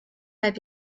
might